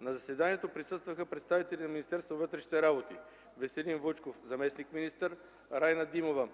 На заседанието присъстваха представители на Министерството на вътрешните работи – Веселин Вучков, заместник-министър, Райна Димова,